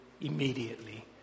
immediately